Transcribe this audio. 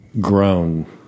grown